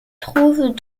trouve